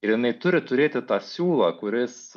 ir jinai turi turėti tą siūlą kuris